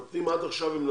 לא, עד עכשיו הם נתנו,